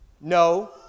No